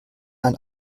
ein